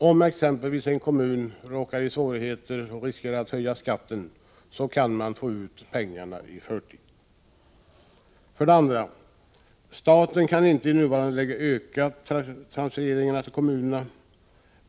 Om exempelvis en kommun råkar i svårigheter och riskerar att tvingas höja skatten kan den få ut pengarna i förtid. Staten kan för det andra inte öka transfereringarna till kommunerna i nuvarande läge.